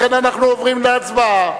לכן אנו עוברים להצבעה.